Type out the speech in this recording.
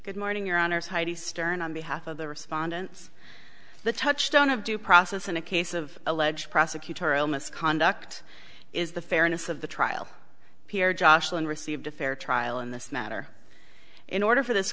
good morning your honor society stern on behalf of the respondents the touchstone of due process in a case of alleged prosecutorial misconduct is the fairness of the trial joshua received a fair trial in this matter in order for this